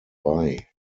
bei